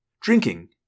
drinking